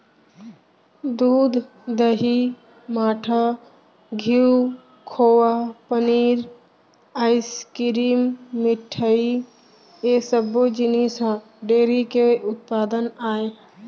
दूद, दही, मठा, घींव, खोवा, पनीर, आइसकिरिम, मिठई ए सब्बो जिनिस ह डेयरी के उत्पादन आय